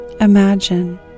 imagine